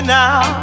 now